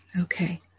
Okay